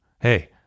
Hey